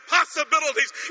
possibilities